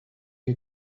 you